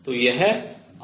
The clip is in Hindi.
तो यह rsinθ है